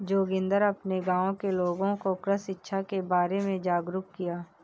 जोगिंदर अपने गांव के लोगों को कृषि शिक्षा के बारे में जागरुक किया